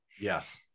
Yes